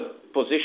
position